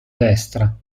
destra